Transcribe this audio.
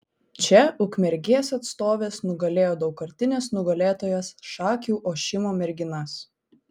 čia ukmergės atstovės nugalėjo daugkartines nugalėtojas šakių ošimo merginas